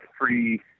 free